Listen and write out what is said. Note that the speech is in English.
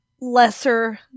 lesser